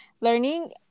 learning